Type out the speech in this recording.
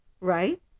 right